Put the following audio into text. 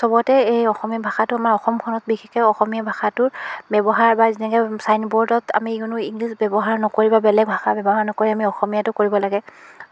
চবতে এই অসমীয়া ভাষাটো আমাৰ অসমখনত বিশেষকৈ অসমীয়া ভাষাটোৰ ব্যৱহাৰ বা যেনেকৈ চাইনব'ৰ্ডত আমি কোনো ইংলিছ ব্যৱহাৰ নকৰি বা বেলেগ ভাষা ব্যৱহাৰ নকৰি আমি অসমীয়াটো কৰিব লাগে